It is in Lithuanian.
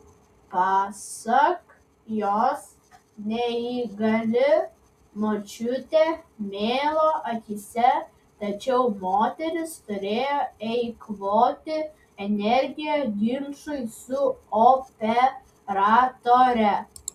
pasak jos neįgali močiutė mėlo akyse tačiau moteris turėjo eikvoti energiją ginčui su operatore